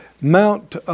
Mount